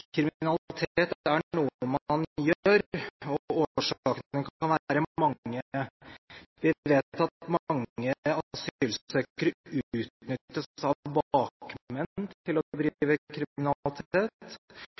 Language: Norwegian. kriminalitet er noe man gjør, og årsakene kan være mange. Vi vet at mange asylsøkere utnyttes av bakmenn til å drive kriminalitet, og vi vet at mange drives inn i kriminalitet fordi de